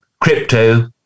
crypto